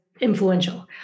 influential